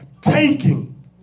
taking